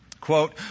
quote